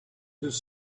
his